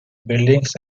buildings